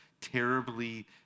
terribly